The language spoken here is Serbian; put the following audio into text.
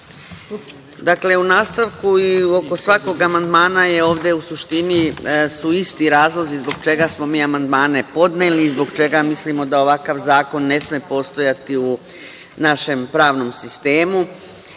Dakle, u nastavku i oko svakog amandmana su ovde u suštini isti razlozi zbog čega smo mi amandmane podneli i zbog čega mislimo da ovakav zakon ne sme postojati u našem pravnom sistemu. Pored